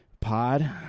Pod